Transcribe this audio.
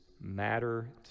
matter